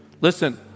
Listen